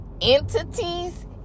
entities